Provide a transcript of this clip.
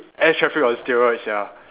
air traffic on steroid sia